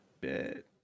bit